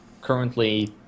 currently